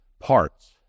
parts